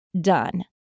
done